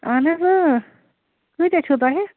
اَہَن حظ کۭتیٛاہ چھُو تۄہہِ